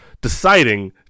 deciding